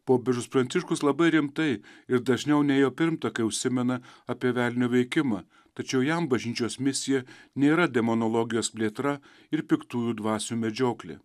popiežius pranciškus labai rimtai ir dažniau nei jo pirmtakai užsimena apie velnio veikimą tačiau jam bažnyčios misija nėra demonologijos plėtra ir piktųjų dvasių medžioklė